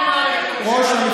לא על מערכת המשפט.